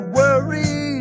worry